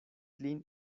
lin